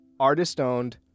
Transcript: Artist-owned